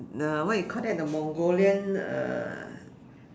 the what you call that the Mongolian uh